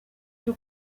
cyo